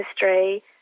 history